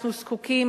אנחנו זקוקים